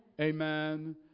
Amen